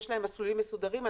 יש להם מסלולים מסודרים,